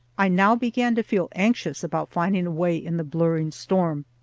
i now began to feel anxious about finding a way in the blurring storm.